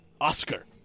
Oscar